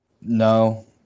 no